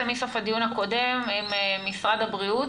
כבר מסוף הדיון הקודם עם משרד הבריאות,